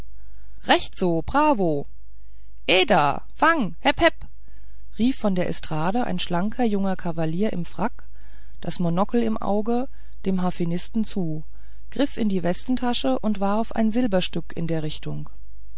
recht bravo äh da fang hep hep rief von der estrade ein schlanker junger kavalier im frack das monokel im auge dem harfenisten zu griff in die westentasche und warf ein silberstück in der richtung